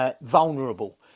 Vulnerable